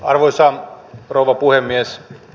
arvoisa rouva puhemies